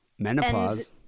menopause